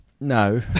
no